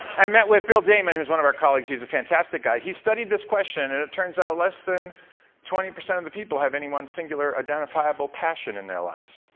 and met with bill damon, one of our colleagues, a fantastic guy. he studied this question and it turns out less than twenty percent of the people have any one single identifiable passion in their lives.